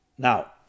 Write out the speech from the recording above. Now